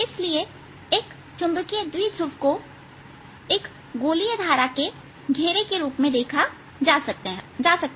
इसलिए एक चुंबकीय द्विध्रुव को एक गोलीय धारा के घेरे के रूप में देखा जा सकता है